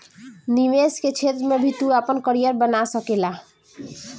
निवेश के क्षेत्र में भी तू आपन करियर बना सकेला